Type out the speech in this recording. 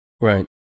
right